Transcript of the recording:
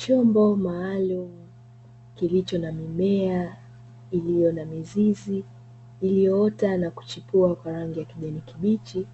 chombo maalum kilicho na mimea iliyo na mizizi iliyoota na kuchipua kwa rangi ya kijani kibichi